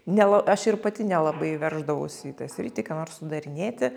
nela aš ir pati nelabai verždavausi į tą sritį ką nors sudarinėti